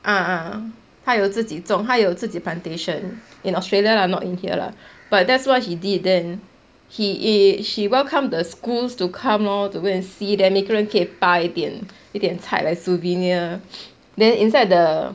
ah ah 他有自己种他有自己 plantation in australia lah not in here lah but that's why he did then he he she welcomed the schools to come lor to come and see then 可以拔一点一点菜 like souvenir then inside the